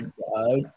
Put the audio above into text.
god